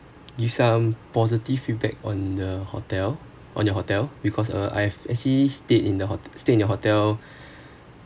give some positive feedback on the hotel on your hotel because uh I've actually stayed in the stay in your hotel